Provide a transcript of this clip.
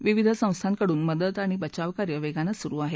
विविध संस्थांकडून मदत आणि बचाव कार्य वेगानं सुरु आहे